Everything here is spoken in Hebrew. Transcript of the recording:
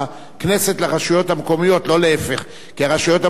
כי הרשויות המקומיות לא יכולות להתבלבל כל יום מתי הבחירות אצלם.